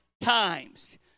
times